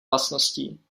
vlastností